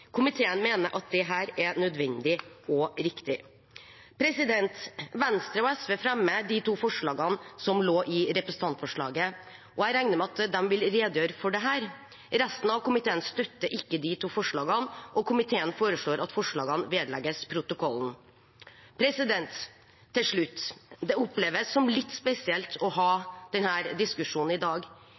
Komiteen mener det er nødvendig og riktig. Venstre og SV fremmer de to forslagene som lå i representantforslaget, og jeg regner med at de vil redegjøre for dem. Resten av komiteen støtter ikke de to forslagene, og komiteen foreslår at forslagene vedlegges protokollen. Til slutt: Det oppleves som litt spesielt å ha denne diskusjonen i dag